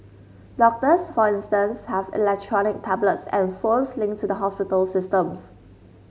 doctors for instance have electronic tablets and phones linked to the hospital systems